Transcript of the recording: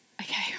Okay